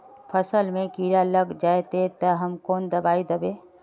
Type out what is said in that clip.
फसल में कीड़ा लग जाए ते, ते हम कौन दबाई दबे?